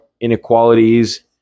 inequalities